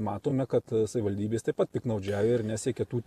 matome kad savivaldybės taip pat piktnaudžiauja ir nesiekia tų